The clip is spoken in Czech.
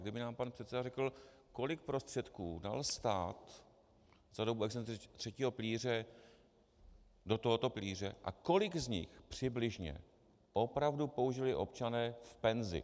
Kdyby nám pan předseda řekl, kolik prostředků dal stát za dobu existence třetího pilíře do tohoto pilíře a kolik z nich přibližně opravdu použili občané v penzi.